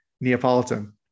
neapolitan